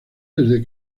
desde